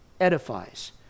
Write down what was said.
edifies